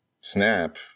snap